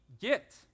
get